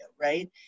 right